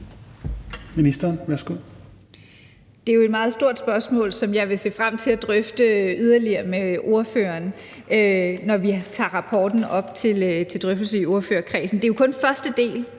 Det er jo et meget stort spørgsmål, som jeg vil se frem til at drøfte yderligere med ordføreren, når vi tager rapporten op til drøftelse i ordførerkredsen. Det er jo kun den første del,